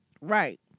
right